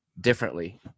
differently